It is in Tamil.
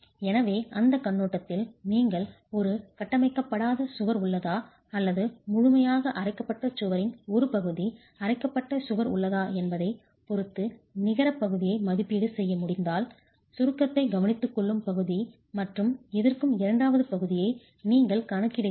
எனவே அந்த கண்ணோட்டத்தில் நீங்கள் ஒரு கட்டமைக்கப்படாத சுவர் உள்ளதா அல்லது முழுமையாக அரைக்கப்பட்ட சுவரின் ஒரு பகுதி அரைக்கப்பட்ட சுவர் உள்ளதா என்பதைப் பொறுத்து நிகரப் பகுதியை மதிப்பீடு செய்ய முடிந்தால் சுருக்கத்தை கவனித்துக்கொள்ளும் பகுதி மற்றும் எதிர்க்கும் இரண்டாவது பகுதியை நீங்கள் கணக்கிடுகிறீர்கள்